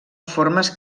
formes